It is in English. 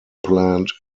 plant